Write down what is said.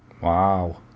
Wow